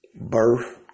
birth